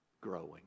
growing